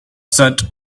sat